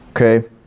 Okay